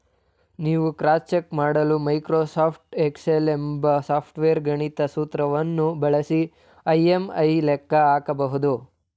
ನೀವು cross check ಮಾಡಲು Microsoft Excel ಎಂಬ ಸಾಫ್ಟ್ವೇರ್ ಗಣಿತದ ಸೂತ್ರವನ್ನು ಬಳಸಿ ಇ.ಎಂ.ಐ ಲೆಕ್ಕ ಹಾಕಬಹುದು